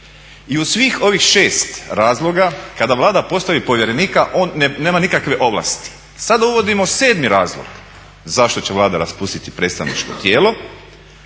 I u svih ovih 6 razloga kada Vlada postavi povjerenika on nema nikakve ovlasti. Sada uvodimo 7. razlog zašto će Vlada raspustiti predstavničko tijelo